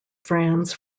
franz